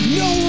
no